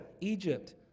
Egypt